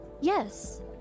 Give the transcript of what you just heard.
Yes